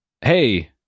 hey